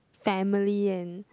family and